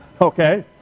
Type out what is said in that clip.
okay